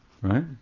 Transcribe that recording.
right